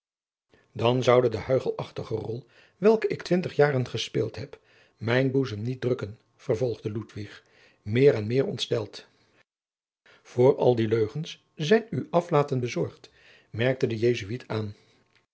dan zoude de huichelachtige rol welke ik twintig jaren gespeeld heb mijn boezem niet drukken vervolgde ludwig meer en meer ontsteld jacob van lennep de pleegzoon voor al die leugens zijn u aflaten bezorgd merkte de jesuit aan